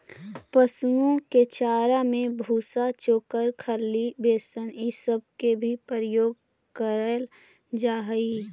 पशुओं के चारा में भूसा, चोकर, खली, बेसन ई सब के भी प्रयोग कयल जा हई